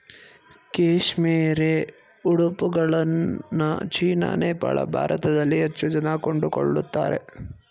cashmere ಉಡುಪುಗಳನ್ನ China, Nepal, ಭಾರತದಲ್ಲಿ ಹೆಚ್ಚು ಜನ ಕೊಂಡುಕೊಳ್ಳುತ್ತಾರೆ